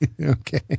Okay